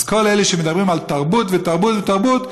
אז כל אלה שמדברים על תרבות ותרבות ותרבות,